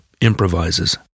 improvises